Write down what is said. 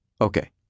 Okay